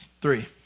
three